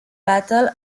battle